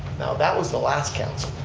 now that was the last council.